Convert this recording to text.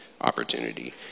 opportunity